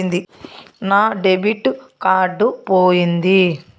నా debit card పోయింది